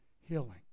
healing